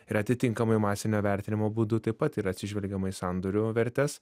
ir atitinkamai masinio vertinimo būdu taip pat yra atsižvelgiama į sandorių vertes